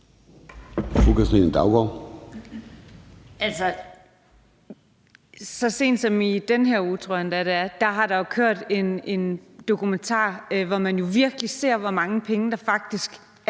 Så sent som i den her uge, tror jeg det var, har der jo kørt en dokumentar, hvor man virkelig ser, hvor mange penge der er